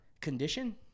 condition